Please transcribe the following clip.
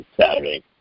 Saturday